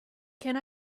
can